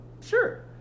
Sure